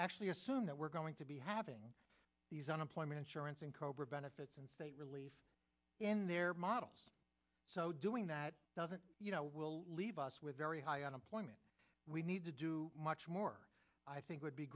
actually assume that we're going to be having these unemployment insurance and cobra benefits and state relief in their model so doing that doesn't you know will leave us with very high unemployment we need to do much more i think would be